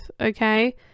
Okay